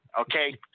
Okay